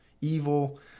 evil